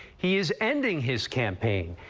he is ending his campaign.